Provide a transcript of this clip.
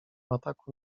ataku